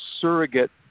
surrogate